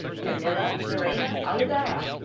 camila llerena-olivera.